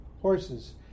horses